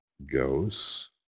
goes